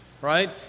right